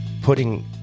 putting